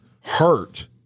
hurt